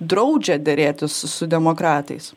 draudžia derėtis su demokratais